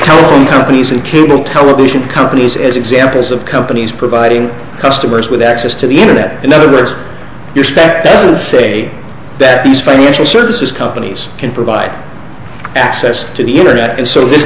telephone companies and cable television companies as examples of companies providing customers with access to the internet in other words your spec doesn't say that these financial services companies can provide access to the internet and so this